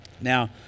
Now